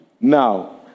Now